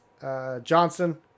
Johnson